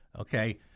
okay